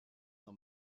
san